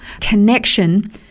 connection